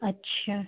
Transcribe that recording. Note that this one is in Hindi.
अच्छा